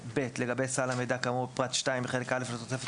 לגבי סל המידע כאמור בפרט 2 בחלק א' לתוספת